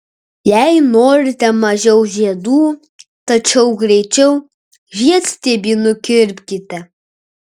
jei norite mažiau žiedų tačiau greičiau žiedstiebį nukirpkite